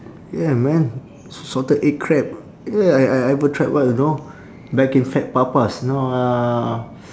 ya man s~ salted egg crab yeah I I ever tried one know back in fat papas know uh